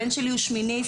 הבן שלי הוא שמיניסט.